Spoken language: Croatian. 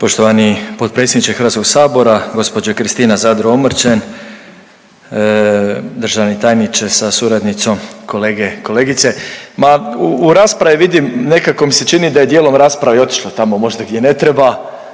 Poštovani potpredsjedniče HS-a, gospođo Kristina Zadro Omrčen, državni tajniče sa suradnicom, kolege, kolegice. Ma u raspravi vidim nekako mi se čini da je dijelom rasprave i otišla tamo možda gdje ne treba,